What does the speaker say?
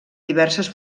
diverses